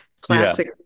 Classic